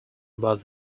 about